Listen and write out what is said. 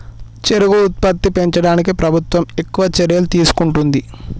చెరుకు ఉత్పత్తి పెంచడానికి ప్రభుత్వం ఎక్కువ చర్యలు తీసుకుంటుంది